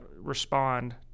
respond